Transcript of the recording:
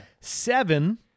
seven